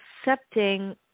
accepting